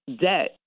debt